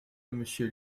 monsieur